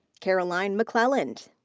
caroline mcclelland.